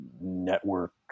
network